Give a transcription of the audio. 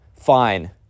fine